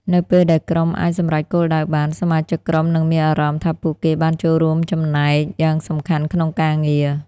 នៅពេលដែលក្រុមអាចសម្រេចគោលដៅបាន សមាជិកក្រុមនឹងមានអារម្មណ៍ថាពួកគេបានចូលរួមចំណែកយ៉ាងសំខាន់ក្នុងការងារ។